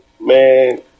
man